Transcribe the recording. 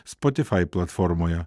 spotifai platformoje